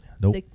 Nope